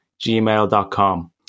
gmail.com